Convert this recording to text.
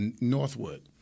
Northwood